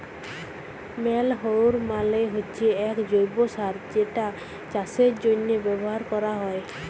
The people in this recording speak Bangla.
ম্যালইউর মালে হচ্যে এক জৈব্য সার যেটা চাষের জন্হে ব্যবহার ক্যরা হ্যয়